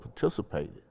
participated